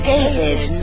David